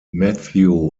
matthew